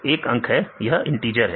एक अंक है यह इंटिजर है